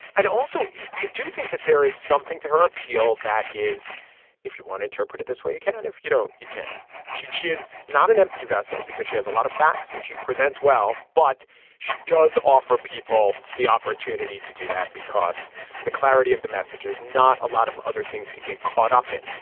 and also i do think that there is something to her appeal that is if you want interpret it this way you can. if you don't you can't judge she is not an empty vessel because she has a lot of facts and she presents well but she does offer people the opportunity to do that because the clarity of the message is not a lot of other things to get caught up in.